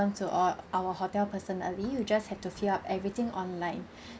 to all our hotel personally you just have to fill up everything online